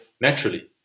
naturally